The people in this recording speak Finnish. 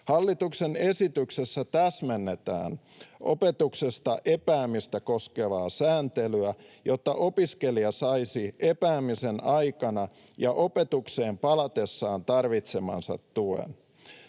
Hallituksen esityksessä täsmennetään opetuksesta epäämistä koskevaa sääntelyä, jotta opiskelija saisi epäämisen aikana ja opetukseen palatessaan tarvitsemansa tuen.